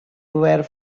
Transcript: were